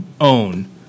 own